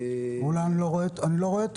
אולי אני לא רואה טוב,